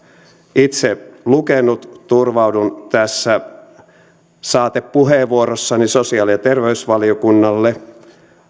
itse lukenut turvaudun tässä saatepuheenvuorossani sosiaali ja terveysvaliokunnalle